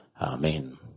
Amen